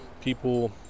people